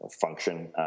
function